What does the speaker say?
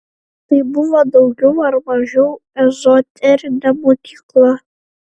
tai buvo daugiau ar mažiau ezoterinė mokykla